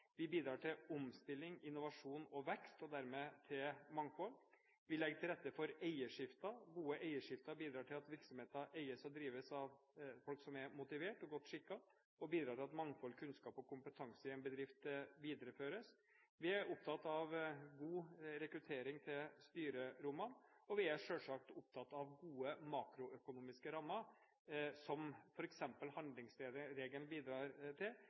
Vi bidrar til omstilling, innovasjon og vekst, og dermed til mangfold. Vi legger til rette for eierskifter. Gode eierskifter bidrar til at virksomheter eies og drives av folk som er motivert og godt skikket, og bidrar til at mangfold, kunnskap og kompetanse i en bedrift videreføres. Vi er opptatt av god rekruttering til styrerommene, og vi er selvsagt opptatt av gode makroøkonomiske rammer, som f.eks. handlingsregelen bidrar til,